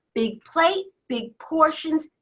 big plate, big portions,